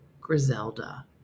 Griselda